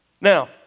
Now